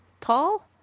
tall